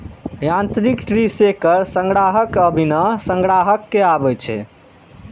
यांत्रिक tree shaker संग्राहक आ बिना संग्राहक के आबै छै